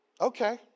Okay